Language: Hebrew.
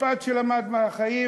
משפט שהוא למד מהחיים,